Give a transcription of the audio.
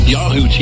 Yahoo